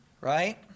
right